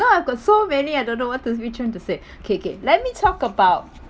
no I've got so many I don't know what to we trying to say K K let me talk about